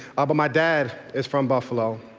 but my dad is from buffalo.